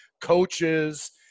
coaches